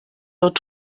dort